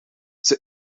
zij